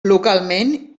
localment